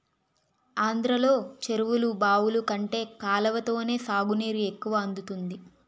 ఆంధ్రలో చెరువులు, బావులు కంటే కాలవతోనే సాగునీరు ఎక్కువ అందుతుంది